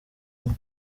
umwe